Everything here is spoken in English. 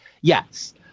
Yes